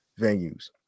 venues